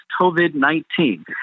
COVID-19